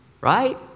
right